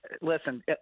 listen